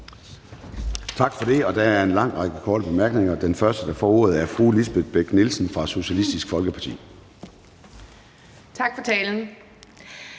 Tak for det. Der er en lang række korte bemærkninger, og den første, der får ordet, er fru Lisbeth Bech-Nielsen fra Socialistisk Folkeparti. Kl.